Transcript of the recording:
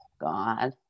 God